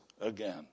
again